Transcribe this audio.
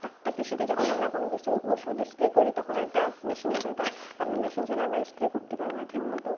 একটা কৃষিতে যখন আমরা কোনও কিছু ওষুধ স্প্রে করি তখন আরেকটা মেশিনের দরকার কারণ মেশিন ছাড়া আমরা স্প্রে করতে পারবো না ঠিকমতো